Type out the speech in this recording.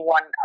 One